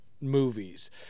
movies